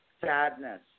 sadness